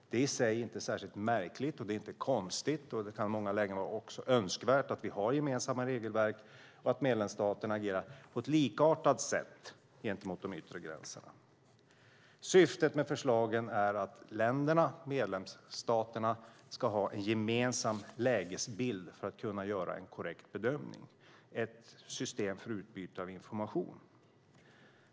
Det är i sig inte särskilt märkligt eller konstigt, och det kan i många lägen också vara önskvärt att vi har gemensamma regelverk och att medlemsstaterna agerar på ett likartat sätt gentemot de yttre gränserna. Syftet med förslaget är att medlemsstaterna ska ha en gemensam lägesbild för att kunna göra en korrekt bedömning, ett system för utbyte av information.